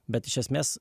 bet iš esmės